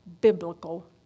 Biblical